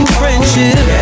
friendship